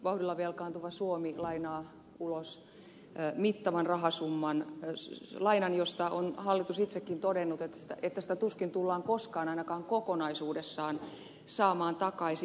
vauhdilla velkaantuva suomi lainaa ulos mittavan rahasumman lainan josta on hallitus itsekin todennut että sitä tuskin tullaan koskaan ainakaan kokonaisuudessaan saamaan takaisin